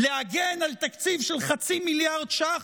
להגן על תקציב של חצי מיליארד ש"ח,